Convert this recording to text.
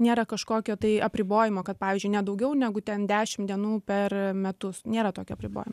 nėra kažkokio tai apribojimo kad pavyzdžiui ne daugiau negu ten dešim dienų per metus nėra tokio apribojimo